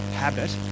habit